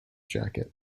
jacket